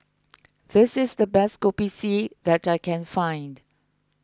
this is the best Kopi C that I can find